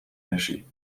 energie